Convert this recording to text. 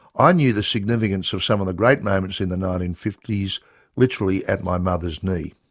i knew the significance of some of the great moments in the nineteen fifty s literally at my mother's knee.